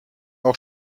auch